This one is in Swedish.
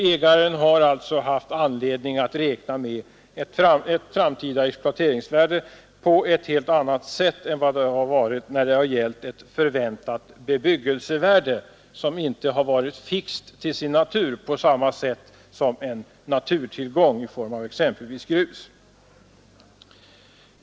Ägaren har alltså haft anledning räkna med ett framtida exploateringsvärde på ett annat sätt än i fråga om ett förväntat bebyggelsevärde, som inte varit så fixt som en naturtillgång i form av exempelvis grus.